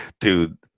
Dude